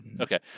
Okay